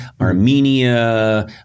Armenia